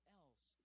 else